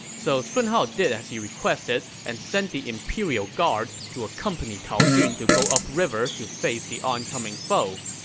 so sun hao did as he requested and sent the imperial guard to accompany tao jun to go up river to face the oncoming foe.